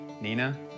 Nina